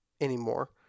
anymore